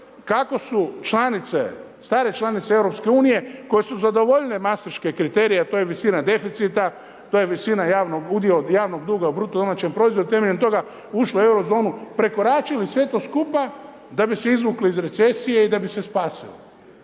kako su članice, stare članice EU koje su zadovoljile maastriške kriterije, a to je visina deficita, to je visina, udio javnog duga u BDP-u, temeljem toga ušle u Eurozonu, prekoračili sve to skupa da bi se izvukli iz recesije i da bi se spasili.